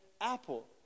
Apple